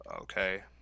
Okay